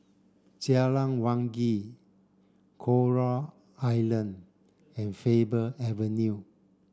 Jalan Wangi Coral Island and Faber Avenue